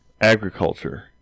Agriculture